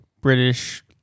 British